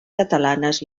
catalanes